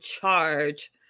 charge